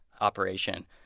operation